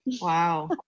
wow